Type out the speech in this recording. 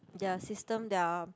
their system their